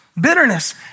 bitterness